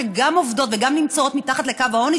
שגם עובדות וגם נמצאות מתחת לקו העוני,